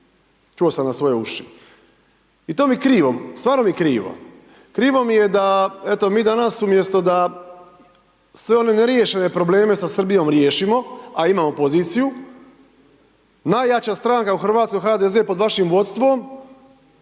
čuo sam na svoje uši, i to mi krivo, stvarno mi krivo. Krivo mi je da eto mi danas umjesto da sve one neriješene probleme s Srbijom riješimo, a imamo poziciju, najjača stranka u Hrvatskoj, HDZ, pod vašim vodstvom